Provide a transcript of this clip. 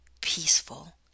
peaceful